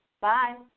Bye